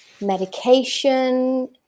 medication